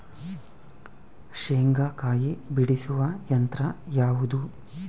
ಶೇಂಗಾಕಾಯಿ ಬಿಡಿಸುವ ಯಂತ್ರ ಯಾವುದು?